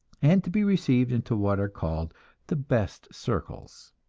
and to be received into what are called the best circles.